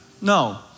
No